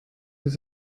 des